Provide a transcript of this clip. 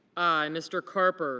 mr. carper